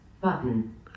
button